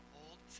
old